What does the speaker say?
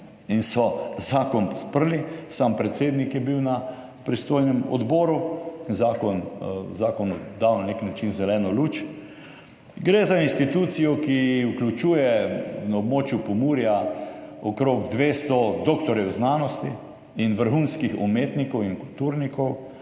in so zakon podprli. Sam predsednik je bil na pristojnem odboru, zakonu dal na nek način zeleno luč, gre za institucijo, ki vključuje na območju Pomurja okrog 200 doktorjev znanosti in vrhunskih umetnikov in kulturnikov,